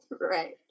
right